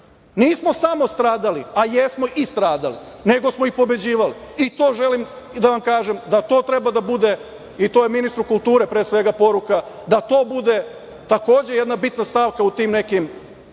Nismo samo stradali, a jesmo i stradali, nego smo i pobeđivali i to želim i da vam kažem, da to treba da bude i to je ministru kulture pre svega poruka, da to bude takođe jedna bitna stavka u tim nekim